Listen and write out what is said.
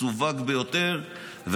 מסווג ביותר,